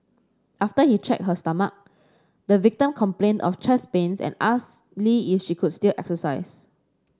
after he checked her stomach the victim complained of chest pains and asked Lee if she could still exercise